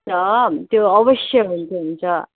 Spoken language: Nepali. अँ त्यो अवश्य हुन्छ हुन्छ